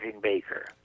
Baker